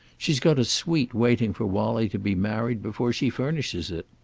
she's got a suite waiting for wallie to be married before she furnishes it.